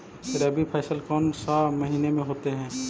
रवि फसल कौन सा मौसम में होते हैं?